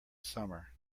summer